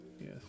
yes